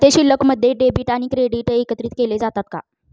खाते शिल्लकमध्ये डेबिट आणि क्रेडिट एकत्रित केले जातात का?